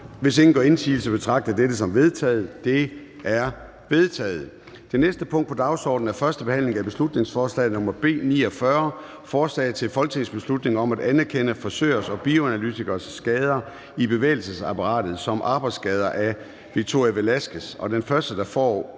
Hvis ingen gør indsigelse, betragter jeg dette som vedtaget. Det er vedtaget. --- Det næste punkt på dagsordenen er: 9) 1. behandling af beslutningsforslag nr. B 49: Forslag til folketingsbeslutning om at anerkende frisørers og bioanalytikeres skader i bevægelsesapparatet som arbejdsskader. Af Victoria Velasquez